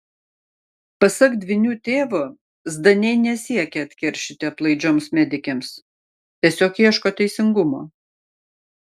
pasak dvynių tėvo zdaniai nesiekia atkeršyti aplaidžioms medikėms tiesiog ieško teisingumo